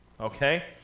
Okay